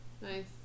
Nice